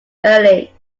early